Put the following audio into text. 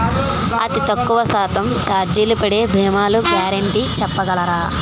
అతి తక్కువ శాతం ఛార్జీలు పడే భీమాలు గ్యారంటీ చెప్పగలరా?